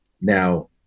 now